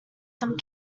some